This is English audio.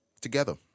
Together